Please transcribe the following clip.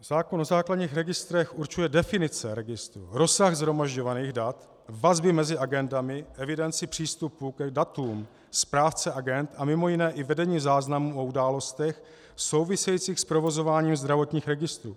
Zákon o základních registrech určuje definice registru, rozsah shromažďovaných dat, vazby mezi agendami, evidence přístupu k datům, správce agend a mj. i vedení záznamů o událostech souvisejících s provozováním zdravotních registrů.